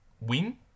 win